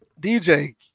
DJ